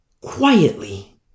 quietly